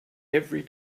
every